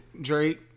Drake